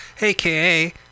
aka